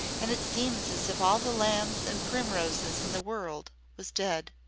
and it seems as if all the lambs and primroses in the world was dead.